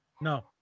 No